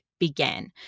began